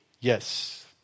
Yes